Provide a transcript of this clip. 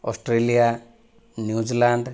Australia New Zealand